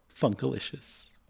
Funkalicious